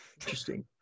Interesting